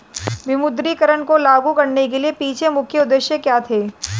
विमुद्रीकरण को लागू करने के पीछे मुख्य उद्देश्य क्या थे?